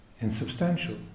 Insubstantial